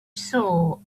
soul